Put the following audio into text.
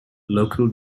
local